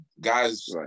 Guys